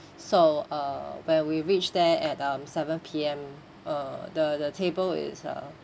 so uh when we reached there at um seven P_M uh the the table is uh